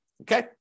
okay